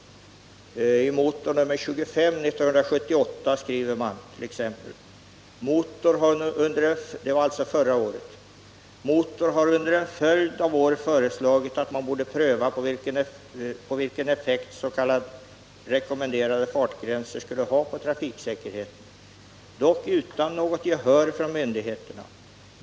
I Motor 1978:25 står bl.a.: ”Motor har under en följd av år föreslagit att man borde pröva på vilken effekt sk rekommenderade fartgränser skulle ha på trafiksäkerheten. Dock utan något gehör från myndigheterna.